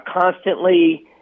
constantly